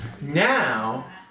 now